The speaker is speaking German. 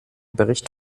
bericht